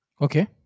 okay